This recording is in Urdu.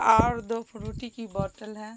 اور دو فروٹی کی بوتل ہیں